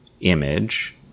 image